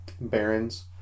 barons